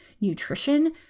nutrition